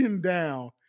down